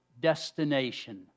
destination